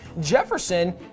Jefferson